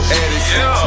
addict